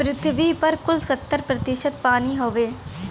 पृथ्वी पर कुल सत्तर प्रतिशत पानी हउवे